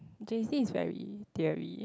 j_c is very theory